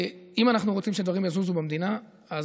אם אנחנו רוצים שדברים יזוזו במדינה אז